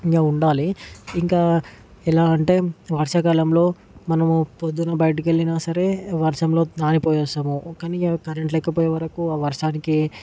ఇంక ఉండాలి ఇంక ఎలా అంటే వర్షాకాలంలో మనము పొద్దున్న బయటకెళ్లినా సరే వర్షంలో నానిపోయి వస్తాము కాని కరెంట్ లేకపోయేవరకు ఆ వర్షానికి